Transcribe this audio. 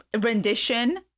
rendition